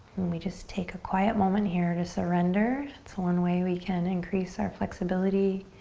we just take a quiet moment here to surrender. it's one way we can increase our flexibility,